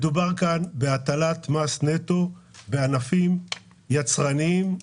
מדובר כאן בהטלת מס נטו על ענפים יצרניים שהם